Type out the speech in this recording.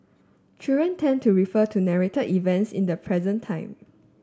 children tend to refer to narrated events in the present time